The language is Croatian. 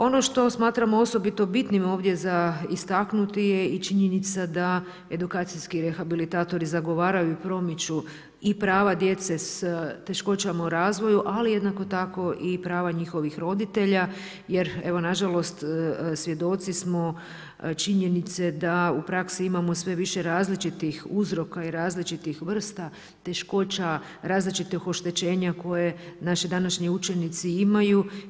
Ono što smatramo osobito bitnim ovdje za istaknuti je i činjenica da edukacijski rehabilitatori zagovaraju i promiču i prava djece s teškoćama u razvoju, ali jednako tako i prava njihovih roditelja jer evo nažalost svjedoci smo činjenice da u praksi imamo sve više različitih uzroka i različitih vrsta teškoća, različitog oštećenja koje naši današnji učenici imaju.